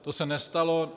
To se nestalo.